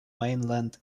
mainland